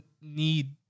need